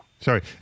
Sorry